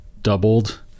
doubled